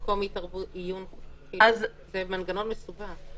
זה מנגנון מסובך.